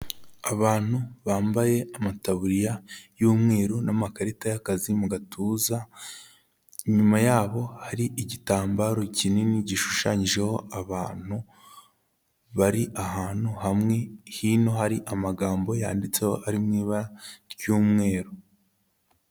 Abantu bambaye amataburiya y'umweru n'amakarita y'akazi mu gatuza, inyuma yabo hari igitambaro kinini gishushanyijeho abantu bari ahantu hamwe hino hari amagambo yanditseho ari mu ibara ry'umweru.